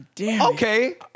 okay